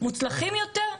מוצלחים יותר?